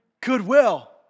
Goodwill